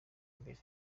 imbere